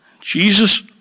Jesus